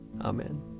Amen